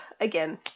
again